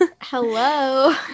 Hello